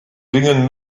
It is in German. bringen